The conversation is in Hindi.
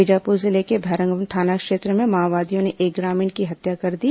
बीजापूर जिले के भैरमगढ़ थाना क्षेत्र में माओवादियों ने एक ग्रामीण की हत्या कर दी